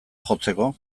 jotzeko